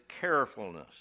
carefulness